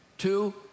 Two